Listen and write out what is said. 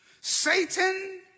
Satan